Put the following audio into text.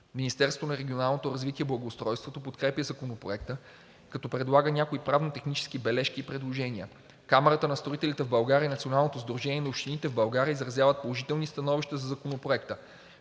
Министерството на регионалното развитие и благоустройството подкрепя Законопроекта, като предлага някои правно-технически бележки и предложения. Камарата на строителите в България и Националното сдружение на общините в България изразяват положително становище за Законопроекта.